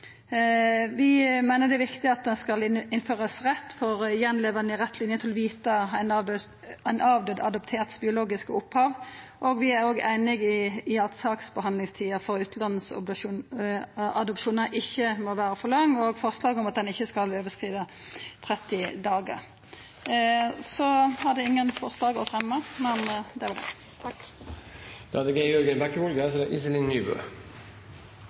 Vi meiner det er viktig at det skal innførast ein rett for gjenlevande i rett linje til å kjenna det biologiske opphavet til ein avdød adoptert. Vi er òg einige i at saksbehandlingstida for utanlandsadopsjonar ikkje må vera for lang, og forslaget om at ein ikkje skal overskrida 30 dagar. Så hadde eg ingen forslag å fremja, men det var det. Adopsjon er også en fin måte å skape en familie på. Det